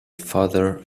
father